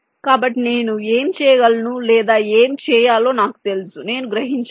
కాబట్టి నేను ఏమి చేయగలను లేదా ఏమి చేయాలో నాకు తెలుసు నేను గ్రహించగలను